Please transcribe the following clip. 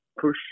push